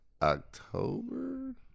October